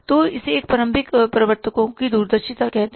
तो इसे प्रारंभिक प्रवर्तकों की दूरदर्शिता कहते हैं